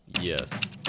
Yes